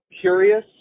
curious